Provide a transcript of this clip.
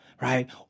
Right